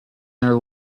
their